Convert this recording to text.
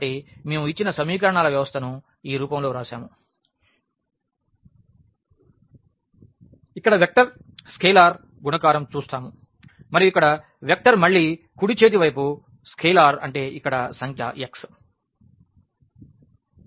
కాబట్టి మేము ఇచ్చిన సమీకరణాల వ్యవస్థను ఈ రూపంలో వ్రాసాము ఇక్కడ వెక్టర్ స్కేలార్ గుణకారం చూస్తాము మరియు ఇక్కడ వెక్టర్ మళ్ళీ కుడి చేతి వైపు స్కేలార్ అంటే ఇక్కడ సంఖ్య x